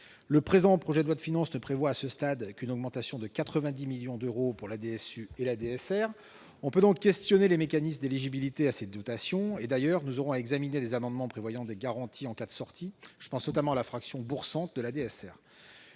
Le présent projet de loi de finances ne prévoit, à ce stade, qu'une augmentation de 90 millions d'euros pour chaque dotation. On peut donc s'interroger sur les mécanismes d'éligibilité à ces dernières. Nous devrons d'ailleurs examiner les amendements prévoyant des garanties en cas de sortie, je pense notamment à la fraction bourg-centre de la DSR.